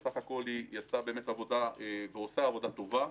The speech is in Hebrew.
בסך הכול, היא עשתה ועושה עבודה טובה.